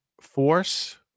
force